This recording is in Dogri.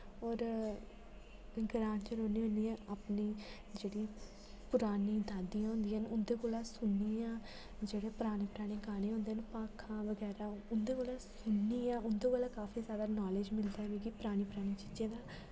और ग्रां च रौह्नी होन्नी आं अपनी जेह्ड़ी पुरानी दादियां होंदियां न उंदे कोला सुननी आ जेह्ड़े पराने पराने गाने होंदे न भाखां बगैरा उंदे कोला सुननी आ उंदे कोला काफी जैदा नालेज मिलदा ऐ मिगी परानी परानी चीजें दा